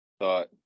thought